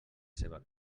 seua